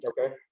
Okay